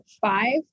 five